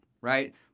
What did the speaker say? right